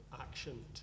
action